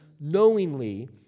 knowingly